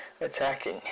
attacking